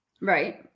Right